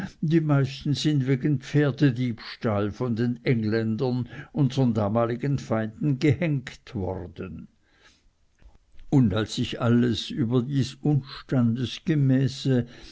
die meisten sind wegen pferdediebstahl von den engländern unseren damaligen feinden gehenkt worden und als sich alles über dies unstandesgemäße